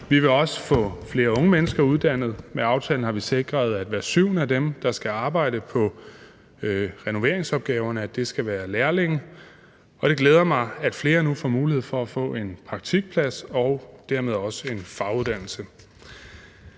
Vi vil også få flere unge mennesker uddannet. Med aftalen har vi sikret, at hver syvende af dem, der skal arbejde på renoveringsopgaverne, skal være lærlinge. Det glæder mig, at flere nu får mulighed for at få en praktikplads og dermed også en faguddannelse.